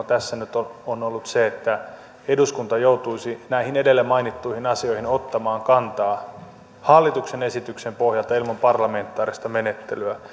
tässä on on ollut se että eduskunta joutuisi näihin edellä mainittuihin asioihin ottamaan kantaa hallituksen esityksen pohjalta ilman parlamentaarista menettelyä